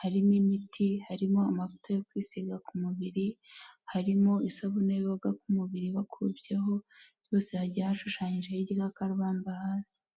harimo imiti harimo amavuta yo kwisiga ku mubiri harimo isabune yoga ku mubiri bakubyeho byose hagiye hashushanyijeho igikakarubamba hasi.